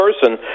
person